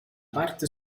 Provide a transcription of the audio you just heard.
parte